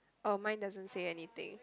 oh mine doesn't say anything